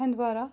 Handwara